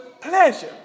pleasure